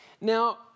Now